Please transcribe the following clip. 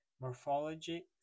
morphology